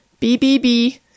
BBB